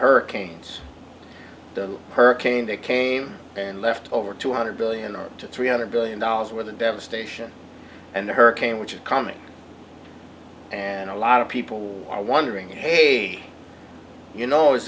hurricanes the hurricane that came and left over two hundred billion dollars to three hundred billion dollars with the devastation and the hurricane which is coming and a lot of people are wondering hey you know is